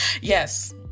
yes